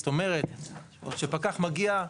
זאת אומרת שפקח מגיע,